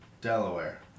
Delaware